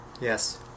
Yes